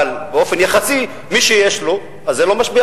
אבל באופן יחסי מי שיש לו זה לא משפיע